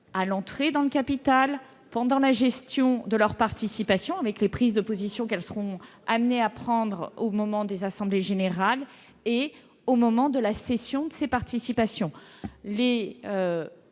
à l'entrée dans le capital, durant toute la gestion de la participation, avec les prises de position qu'elles seront amenées à prendre au moment des assemblées générales, et lors de la cession. Les investisseurs,